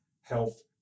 health